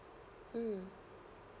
mm